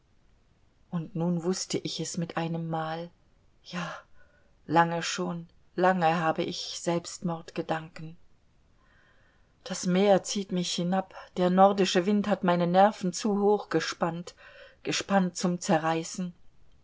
und nun wußte ich es mit einem mal ja lange schon lange habe ich selbstmordgedanken das meer zieht mich hinab der nordische wind hat meine nerven zu hoch gespannt gespannt zum zerreißen